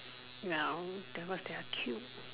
ya that was they are cute